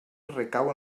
recau